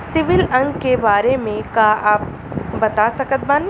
CIBIL अंक के बारे मे का आप बता सकत बानी?